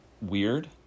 weird